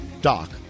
Doc